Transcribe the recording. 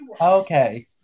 okay